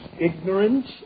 ignorance